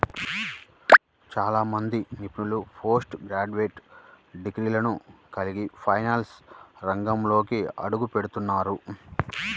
చాలా మంది నిపుణులు పోస్ట్ గ్రాడ్యుయేట్ డిగ్రీలను కలిగి ఫైనాన్స్ రంగంలోకి అడుగుపెడుతున్నారు